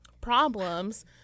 problems